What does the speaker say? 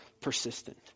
persistent